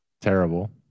terrible